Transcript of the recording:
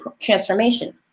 transformation